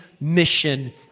mission